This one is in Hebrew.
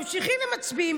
ממשיכים ומצביעים.